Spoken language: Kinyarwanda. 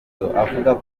akavuga